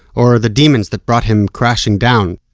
or, the demons that brought him crashing down.